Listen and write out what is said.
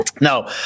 no